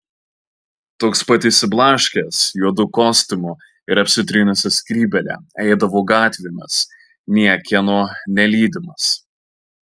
toks pat išsiblaškęs juodu kostiumu ir apsitrynusia skrybėle eidavo gatvėmis niekieno nelydimas